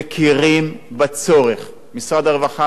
משרד הרווחה מכיר בצורך של ביטחון תזונתי,